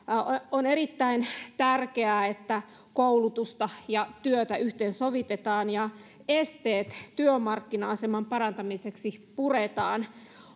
on erittäin tärkeää että koulutusta ja työtä yhteensovitetaan ja esteet työmarkkina aseman parantamiseksi puretaan